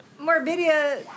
Morbidia